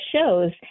shows